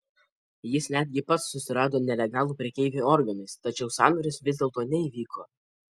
jis netgi pats susirado nelegalų prekeivį organais tačiau sandoris vis dėlto neįvyko